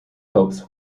hopes